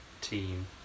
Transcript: team